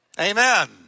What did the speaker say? Amen